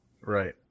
Right